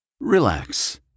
Relax